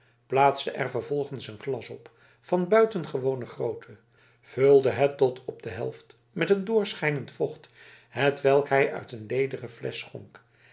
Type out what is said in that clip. plaatste er vervolgens een glas op van buitengewone grootte vulde het tot op de helft met een doorschijnend vocht hetwelk hij uit een lederen flesch